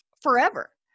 forever